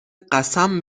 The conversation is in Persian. قسم